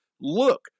look